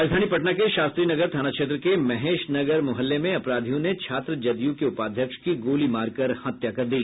राजधानी पटना के शास्त्रीनगर थाना क्षेत्र के महेशनगर मुहल्ले में अपराधियों ने छात्र जदयू के उपाध्यक्ष की गोली मारकर हत्या कर दी